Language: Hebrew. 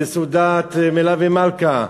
וסעודת "מלווה מלכה",